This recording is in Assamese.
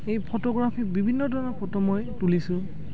এই ফটোগ্ৰাফীত বিভিন্ন ধৰণৰ ফটো মই তুলিছোঁ